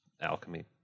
alchemy